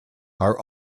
are